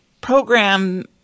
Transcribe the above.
program